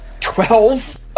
Twelve